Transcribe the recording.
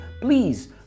Please